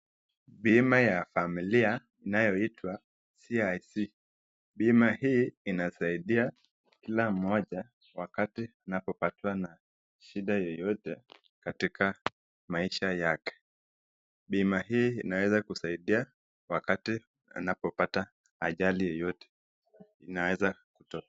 Bima ya familia inayoitwa CIC ,bima hii inasaidia kila mmoja wakati wanapopatwa na shida yeyote katika maisha yake. Bima hii inaweza kusaidia wakati anapopata ajali yeyote inaweza kutokea.